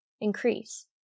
increase